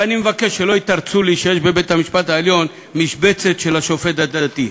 ואני מבקש שלא יתרצו לי שיש בבית-המשפט העליון משבצת של השופט הדתי.